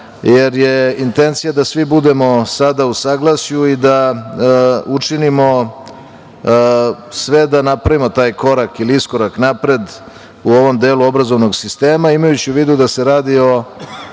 jer je intencija da svi budemo sada u saglasju i da učinimo sve da napravimo taj korak ili iskorak napred u ovom delu obrazovnog sistema, imajući u vidu da se radi o